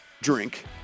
drink